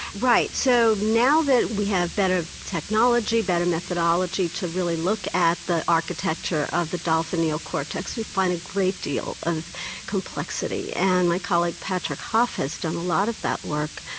right. so now that we have better technology, better methodology to really look at the architecture of the dolphin neocortex we find a great deal of complexity and my colleague patrick hof has done a lot of that work.